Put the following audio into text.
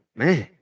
man